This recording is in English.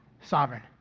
sovereign